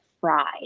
fried